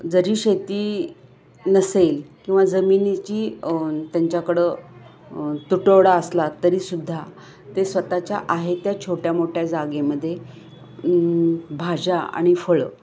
जरी शेती नसेल किंवा जमिनीची त्यांच्याकडं तुटवडा असला तरीसुद्धा ते स्वतःच्या आहे त्या छोट्या मोट्या जागेमध्ये भाज्या आणि फळं